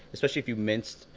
especially if you minced.